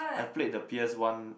I played the p_s one